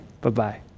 bye-bye